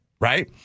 right